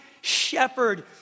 shepherd